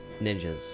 Ninjas